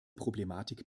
problematik